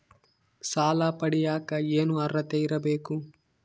ಸಾಲ ಪಡಿಯಕ ಏನು ಅರ್ಹತೆ ಇರಬೇಕು?